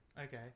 Okay